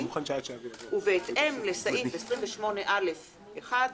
ובהתאם לסעיף 28(א)(1)